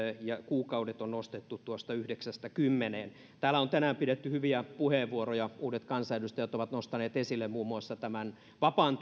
on nostettu yhdeksästä kymmeneen täällä on tänään pidetty hyviä puheenvuoroja uudet kansanedustajat ovat nostaneet esille muun muassa tämän vapaan